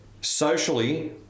Socially